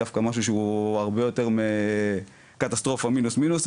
דווקא משהו שהוא הרבה יותר מקטסטרופה מינוס מינוס,